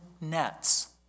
nets